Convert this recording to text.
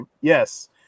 Yes